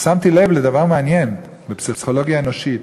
שמתי לב לדבר מעניין בפסיכולוגיה אנושית,